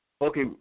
Okay